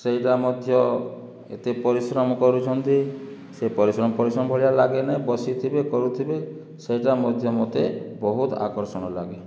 ସେଇଟା ମଧ୍ୟ ଏତେ ପରିଶ୍ରମ କରୁଛନ୍ତି ସେ ପରିଶ୍ରମ ପରିଶ୍ରମ ଭଳିଆ ଲାଗେନାହିଁ ବସିଥିବେ କରୁଥିବେ ସେଇଟା ମଧ୍ୟ ମୋତେ ବହୁତ ଆକର୍ଷଣ ଲାଗେ